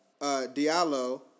Diallo